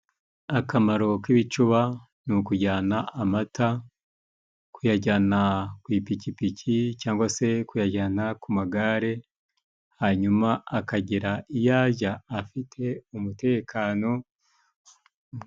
Akamaro k'ibicuba ni ukujyana amata, kuyajyana ku ipikipiki cyangwa se kuyajyana ku magare hanyuma akagera iyo ajya afite umutekano.